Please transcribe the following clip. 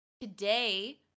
Today